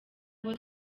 abo